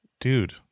dude